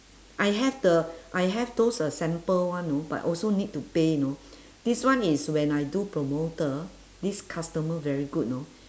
I have the I have those uh sample one ah but also need to pay you know this one is when I do promoter this customer very good you know